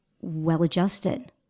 well-adjusted